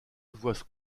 voit